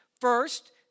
First